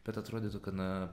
bet atrodytų kad na